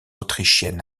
autrichienne